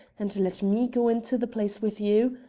and let me go into the place with you?